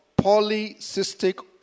polycystic